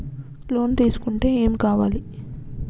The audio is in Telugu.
లోన్ తీసుకుంటే ఏం కావాలి?